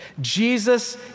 Jesus